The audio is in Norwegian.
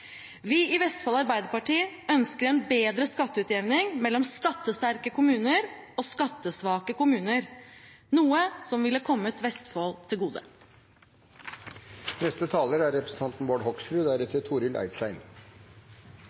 Vi i Vestfold Arbeiderparti ønsker en bedre skatteutjevning mellom skattesterke kommuner og skattesvake kommuner, noe som ville kommet Vestfold til gode.